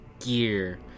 gear